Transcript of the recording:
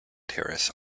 terrace